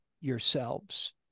yourselves